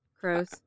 crows